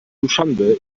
duschanbe